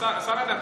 שר הדתות.